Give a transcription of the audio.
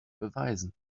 beweisen